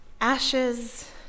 ashes